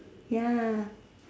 ya